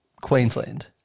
Queensland